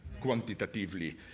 quantitatively